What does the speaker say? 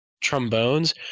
trombones